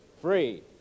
free